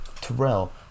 Terrell